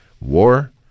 war